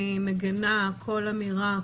אני מגנה כל אמירה,